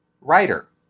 writer